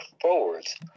forwards